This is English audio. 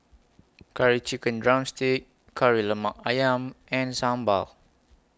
Curry Chicken Drumstick Kari Lemak Ayam and Sambal